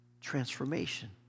Transformation